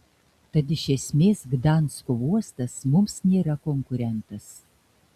tad iš esmės gdansko uostas mums nėra konkurentas